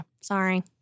Sorry